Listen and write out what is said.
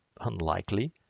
Unlikely